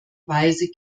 weise